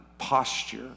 posture